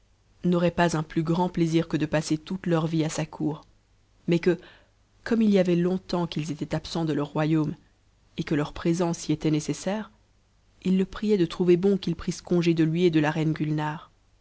n'auraient pas un plus grand plaisir que de passer toute leur vie à sa cour mais que comme il y avait jonetctnps qu'ils étaient absents de leur royaume et que leur présence y était nécessaire ils le priaient de trouver bon qu'ils prissent congé de lui pt de la reine